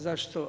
Zašto?